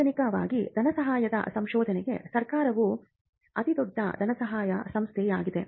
ಸಾರ್ವಜನಿಕವಾಗಿ ಧನಸಹಾಯದ ಸಂಶೋಧನೆಗೆ ಸರ್ಕಾರವು ಅತಿದೊಡ್ಡ ಧನಸಹಾಯ ಸಂಸ್ಥೆಯಾಗಿದೆ